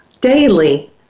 daily